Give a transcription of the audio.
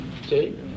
See